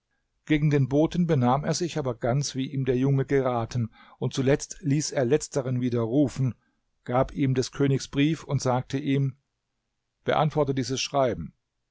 gegen den boten benahm er sich aber ganz wie ihm der junge geraten und zuletzt ließ er letzteren wieder rufen gab ihm des königs brief und sagte ihm beantworte dieses schreiben